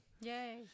yay